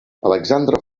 alexandre